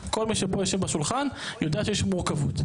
כל מי שפה יושב בשולחן יודע שיש מורכבות.